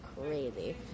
crazy